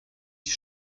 die